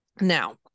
Now